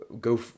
go